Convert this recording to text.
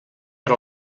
per